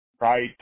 right